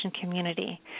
community